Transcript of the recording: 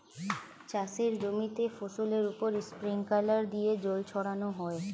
চাষের জমিতে ফসলের উপর স্প্রিংকলার দিয়ে জল ছড়ানো হয়